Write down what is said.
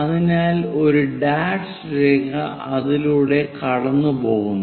അതിനാൽ ഒരു ഡാഷ് രേഖ അതിലൂടെ കടന്നുപോകുന്നു